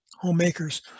homemakers